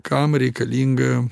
kam reikalinga